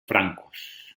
francos